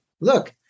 look